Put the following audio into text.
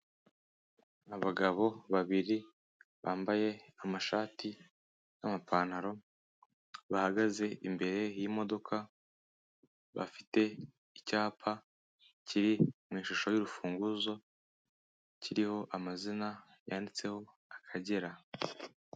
Abagabo babiri bambaye amashati n'amapantaro bahagaze imbere y'imodoka bafite icyapa kiri mu ishusho y'urufunguzo kiriho amazina yanditseho Akagera.